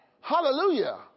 Hallelujah